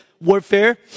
warfare